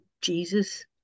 Jesus